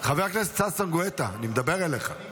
חבר הכנסת ששון גואטה, אני מדבר אליך.